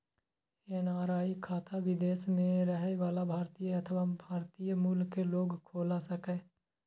NRI खाता विदेश मे रहै बला भारतीय अथवा भारतीय मूल के लोग खोला सकैए